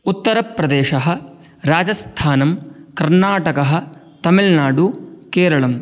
उत्तरप्रदेशः राजस्थानं कर्णाटकम् तमिल्नाडु केरलम्